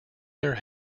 their